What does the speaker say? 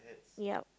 yup